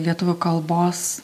lietuvių kalbos